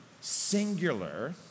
singular